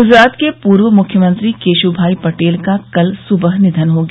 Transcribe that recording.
गुजरात के पूर्व मुख्यमंत्री केशुभाई पटेल का कल सुबह निधन हो गया